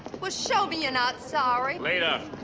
well, show me you're not sorry. later.